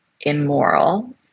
immoral